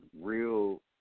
real